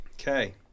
okay